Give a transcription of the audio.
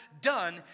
done